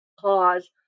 pause